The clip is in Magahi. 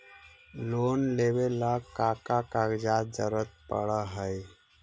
लोन लेवेला का का कागजात जरूरत पड़ हइ?